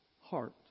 heart